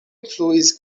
influis